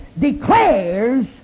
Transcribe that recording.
declares